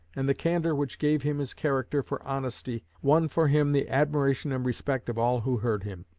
and the candor which gave him his character for honesty, won for him the admiration and respect of all who heard him.